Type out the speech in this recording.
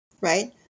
right